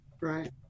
Right